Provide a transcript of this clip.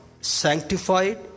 sanctified